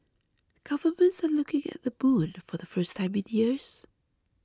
governments are looking at the moon for the first time in years